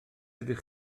ydych